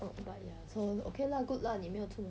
but ya so okay lah good lah 你没有出门